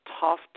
tough